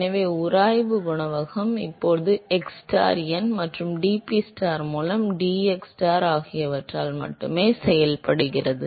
எனவே உராய்வு குணகம் இப்போது xstar எண் மற்றும் dPstar மூலம் dxstar ஆகியவற்றால் மட்டுமே செயல்படுகிறது